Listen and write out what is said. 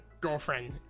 girlfriend